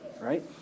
Right